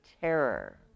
terror